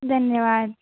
धन्यवाद